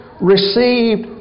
received